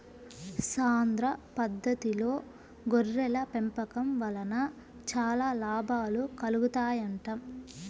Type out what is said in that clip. సాంద్ర పద్దతిలో గొర్రెల పెంపకం వలన చాలా లాభాలు కలుగుతాయంట